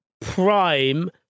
prime